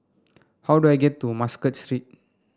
how do I get to Muscat Street